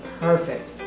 perfect